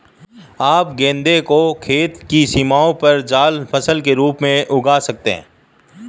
आप गेंदा को खेत की सीमाओं पर जाल फसल के रूप में उगा सकते हैं